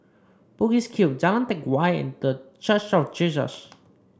Bugis Cube Jalan Teck Whye and The Church of Jesus